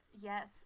Yes